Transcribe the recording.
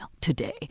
today